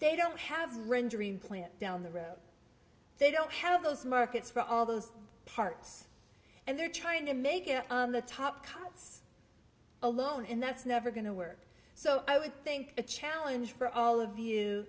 they don't have the rendering plant down the road they don't have those markets for all those parts and they're trying to make it on the top cuts alone and that's never going to work so i think the challenge for all of